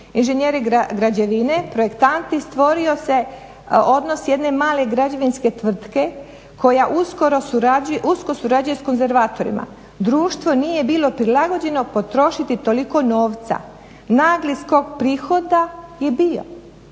inženjeri građevine, projektanti stvorio se odnos jedne male građevinske tvrtke koja usko surađuje sa konzervatorima. Društvo nije bilo prilagođeno potrošiti toliko novca, nagli skok prihoda je bio.